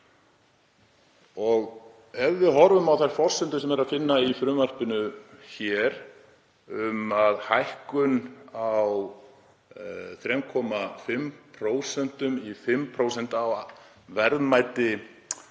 Ef við horfum á þær forsendur sem er að finna í frumvarpinu hér um að hækkun á 3,5% í 5% á aflaverðmæti,